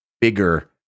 bigger